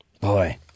Boy